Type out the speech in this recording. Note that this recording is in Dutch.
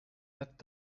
net